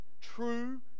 true